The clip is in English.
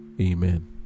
Amen